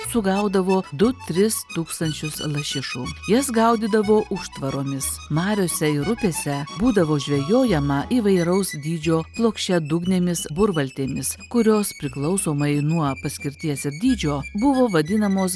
sugaudavo du tris tūkstančius lašišų jas gaudydavo užtvaromis mariose ir upėse būdavo žvejojama įvairaus dydžio plokščiadugnėmis burvaltėmis kurios priklausomai nuo paskirties ir dydžio buvo vadinamos